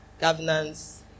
governance